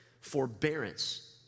Forbearance